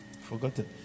Forgotten